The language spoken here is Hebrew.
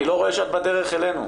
אני לא רואה שאת בדרך אלינו.